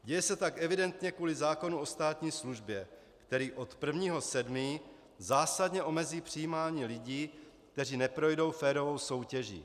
Děje se tak evidentně kvůli zákonu o státní službě, který od 1. 7. zásadně omezí přijímání lidí, kteří neprojdou férovou soutěží.